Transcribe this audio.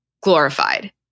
glorified